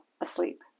asleep